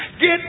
Get